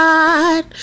God